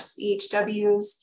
CHWs